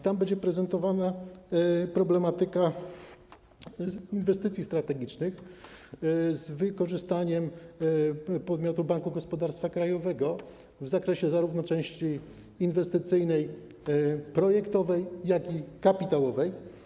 Tam będzie prezentowana problematyka inwestycji strategicznych z wykorzystaniem podmiotów Banku Gospodarstwa Krajowego w zakresie części zarówno inwestycyjnej, projektowej, jak i kapitałowej.